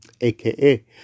aka